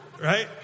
right